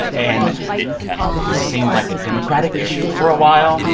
and this seemed like a democratic issue for a while.